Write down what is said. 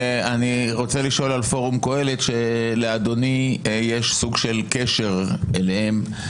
אני רוצה לשאול על פורום קהלת שלאדוני יש סוג של קשר אליהם.